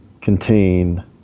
contain